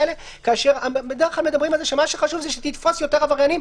כאשר בדרך כלל מדברים על זה שמה שחשוב שתתפוס יותר עבריינים.